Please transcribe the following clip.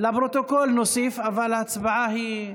להוסיף אותי.